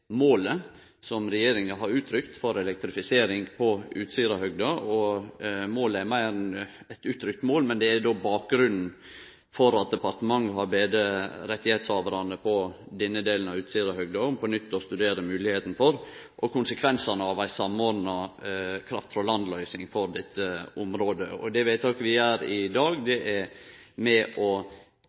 målet regjeringa har uttrykt for elektrifisering på Utsirahøgda. Målet er meir enn eit uttrykt mål, men det er då bakgrunnen for at departementet har bede rettshavarane på denne delen av Utsirahøgda om på nytt å studere moglegheita for og konsekvensane av ei samordna kraft frå land-løysing for dette området. Vedtaket vi gjer i dag, er med på å